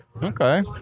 okay